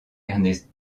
ernest